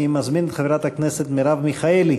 אני מזמין את חברת הכנסת מרב מיכאלי.